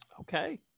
Okay